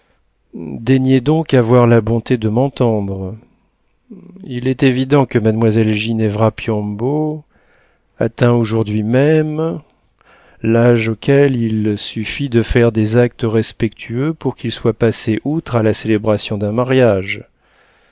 daignez donc avoir la bonté de m'entendre il est évident que mademoiselle ginevra piombo atteint aujourd'hui même lâge auquel il suffit de faire des actes respectueux pour qu'il soit passé outre à la célébration d'un mariage malgré